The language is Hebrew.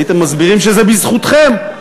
הייתם מסבירים שזה בזכותכם.